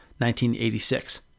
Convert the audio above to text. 1986